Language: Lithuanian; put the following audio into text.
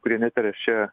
kurie neteršia